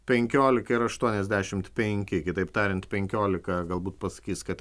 penkiolika ir aštuoniasdešimt penki kitaip tariant penkiolika galbūt pasakys kad